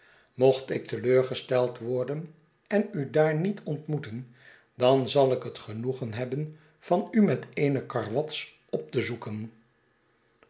mocht ik te leur gesteld worden en u daarniet ontmoeten dan zal ik het genoegen hebben van u met eene karwats op te zoeken